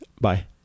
Bye